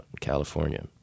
California